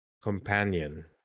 companion